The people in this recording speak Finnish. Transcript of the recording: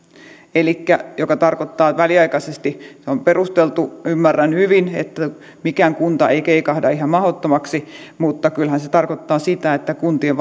mikä tarkoittaa että väliaikaisesti se on perusteltu ymmärrän hyvin että mikään kunta ei keikahda ihan mahdottomaksi mutta kyllähän se tarkoittaa sitä että kuntien